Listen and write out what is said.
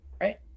right